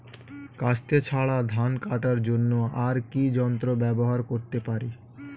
কাস্তে ছাড়া ধান কাটার জন্য আর কি যন্ত্র ব্যবহার করতে পারি?